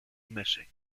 missing